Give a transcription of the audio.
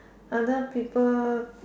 other people